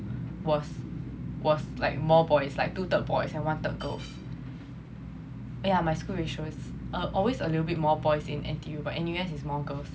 was was like more boys like two third boys and one third girls yeah my school ratios always a little bit more boys in N_T_U but N_U_S is more girls